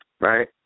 Right